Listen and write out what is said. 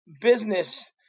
business